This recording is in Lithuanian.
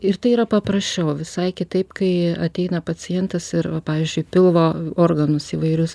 ir tai yra paprasčiau visai kitaip kai ateina pacientas ir va pavyzdžiui pilvo organus įvairius